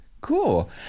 Cool